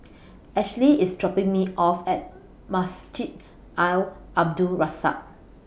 Ashlie IS dropping Me off At Masjid Al Abdul Razak